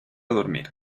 dormir